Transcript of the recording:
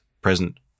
present